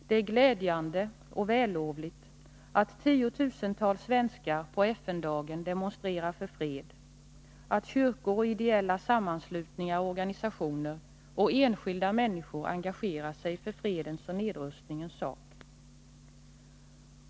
Det är glädjande och vällovligt att tiotusentals svenskar på FN-dagen demonstrerar för fred, att kyrkor, ideella sammanslutningar och organisationer samt enskilda människor engagerar sig för fredens och nedrustningens sak.